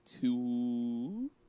two